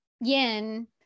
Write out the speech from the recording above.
yin